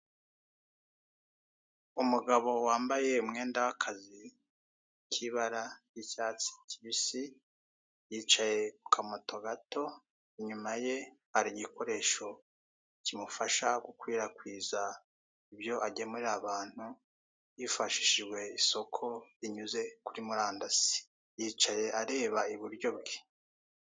Umugabo wambaye umwenda w'akazi k'ibara ry'icyatsi kibisi, yicaye ku kamoto gato inyuma ye hari igikoresho kimufasha gukwirakwiza ibyo agemurira abantu hifashishijwe isoko rinyuze kuri murandasi, yicaye areba iburyo bwe.